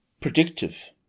predictive